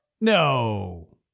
No